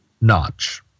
notch